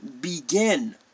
begin